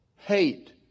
Hate